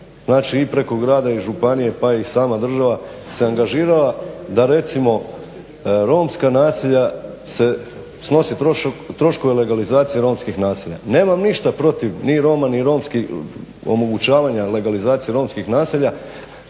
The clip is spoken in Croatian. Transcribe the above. znači i preko grada i županije pa i sama država se angažirala da recimo romska naselja snose troškove legalizacije romskih naselja. Nemam ništa protiv ni Roma ni romskih omogućavanja legalizacije romskih naselja